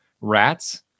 rats